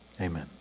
Amen